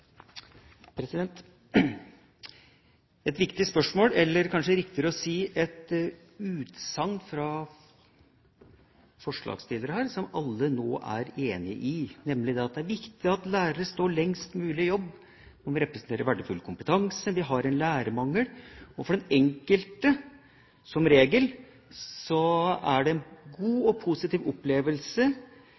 saken. Et viktig spørsmål, eller kanskje det er riktigere å si et utsagn fra forslagsstillerne her som alle nå er enige om, er at det er viktig at lærere står lengst mulig i jobb. De representerer verdifull kompetanse. Vi har lærermangel, og for den enkelte er det – som regel – en god og positiv opplevelse